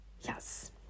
Yes